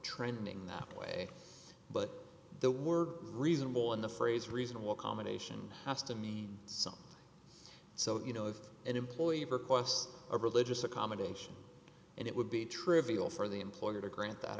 trending away but the word reasonable and the phrase reasonable combination has to me some so you know if an employee of requests a religious accommodation and it would be trivial for the employer to grant that